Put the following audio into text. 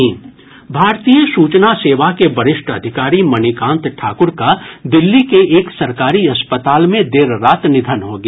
भारतीय सूचना सेवा के वरिष्ठ अधिकारी मणिकांत ठाक्र का दिल्ली के एक सरकारी अस्पताल में देर रात निधन हो गया